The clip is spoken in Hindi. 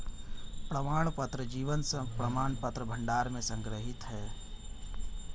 प्रमाणपत्र जीवन प्रमाणपत्र भंडार में संग्रहीत हैं